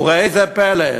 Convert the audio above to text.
וראה זה פלא: